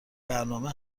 برنامه